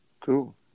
Cool